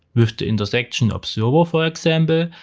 with the intersection observer for example,